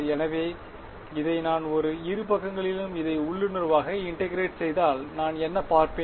எனவே இதை நான் இரு பக்கங்களிலும் இதை உள்ளுணர்வாக இன்டெகிரேட் செய்தால் நான் என்ன பார்ப்பேன்